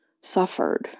suffered